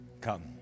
Come